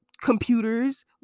Computers